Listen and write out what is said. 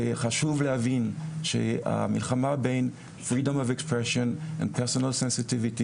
זה חשוב להבין שהמלחמה בין חופש הביטוי ורגישויות הציבור,